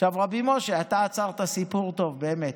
עכשיו, רבי משה, אתה עצרת סיפור טוב באמת.